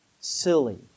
silly